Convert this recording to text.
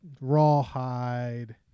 Rawhide